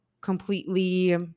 completely